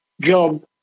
job